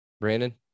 Brandon